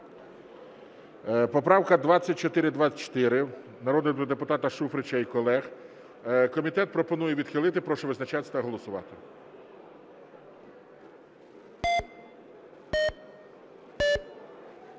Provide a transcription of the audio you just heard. Поправка 2424 народного депутата Шуфрича і колег. Комітет пропонує відхилити. Прошу визначатися і голосувати.